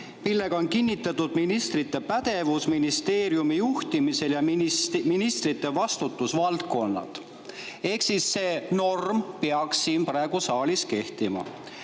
millega kinnitati ministrite pädevus ministeeriumi juhtimisel ja ministrite vastutusvaldkonnad. See norm peaks praegu siin saalis kehtima.